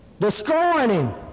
destroying